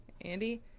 Andy